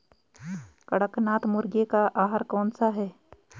कड़कनाथ मुर्गे का आहार कौन सा है?